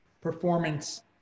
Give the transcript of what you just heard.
performance